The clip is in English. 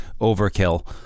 Overkill